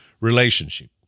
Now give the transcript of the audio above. relationship